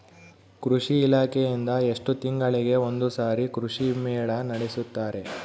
ಕೃಷಿ ಇಲಾಖೆಯಿಂದ ಎಷ್ಟು ತಿಂಗಳಿಗೆ ಒಂದುಸಾರಿ ಕೃಷಿ ಮೇಳ ನಡೆಸುತ್ತಾರೆ?